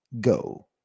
go